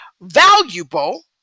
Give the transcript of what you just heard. valuable